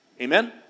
Amen